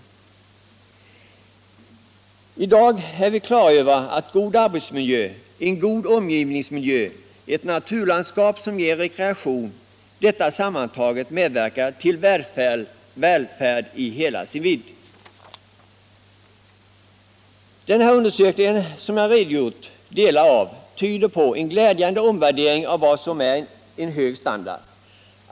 Vi är i dag på det klara med att en god arbetsmiljö, en god omgivningsmiljö och ett naturlandskap som ger rekreation medverkar till att Allmänpolitisk debatt Allmänpolitisk debatt [S skapa välfärd i detta ords vidaste bemärkelse. Den undersökning som Jag här redovisat delar av tyder på en glädjande omvärdering av vad som är hög standard.